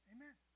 Amen